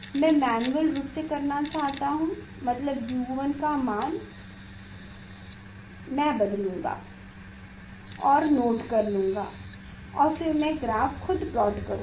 मैं मैन्युअल रूप से करना चाहता हूं मतलब U1 का मान मैं बदलूंगा और नोट कर लूंगा और फिर मैं ग्राफ खुद प्लॉट करूँगा